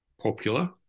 popular